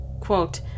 Quote